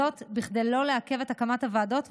זאת, כדי לא לעכב את הקמת הוועדות.